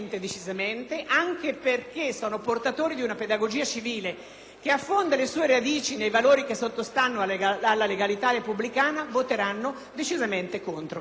che affonda le sue radici nei valori che sottostanno alla legalità repubblicana, voteranno decisamente contro.